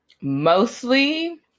Mostly